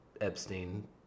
Epstein